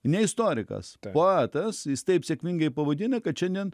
ne istorikas poetas jis taip sėkmingai pavadina kad šiandien